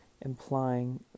implying